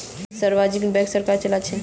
सार्वजनिक बैंक सरकार चलाछे